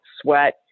sweat